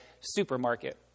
supermarket